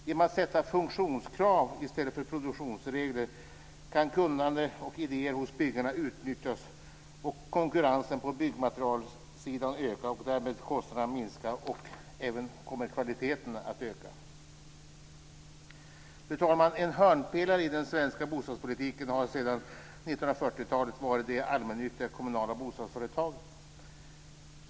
Genom att sätta funktionskrav i stället för produktionsregler kan kunnande och idéer hos byggarna utnyttjas och konkurrensen på byggmaterialsidan öka och därmed kostnaderna minska och kvaliteten öka. Fru talman! En hörnpelare i den svenska bostadspolitiken har sedan 1940-talet varit de allmännyttiga kommunala bostadsföretagen.